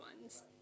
ones